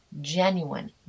genuine